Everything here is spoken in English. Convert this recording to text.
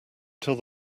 till